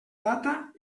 data